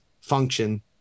function